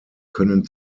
können